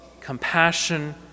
compassion